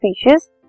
species